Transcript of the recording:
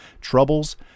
Troubles